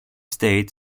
state